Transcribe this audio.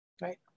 right